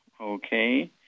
Okay